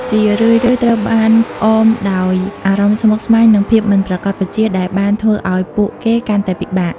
ជារឿយៗត្រូវបានអមដោយអារម្មណ៍ស្មុគស្មាញ និងភាពមិនប្រាកដប្រជា ដែលបានធ្វើឲ្យពួកគេកាន់តែពិបាក។